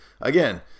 again